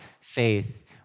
faith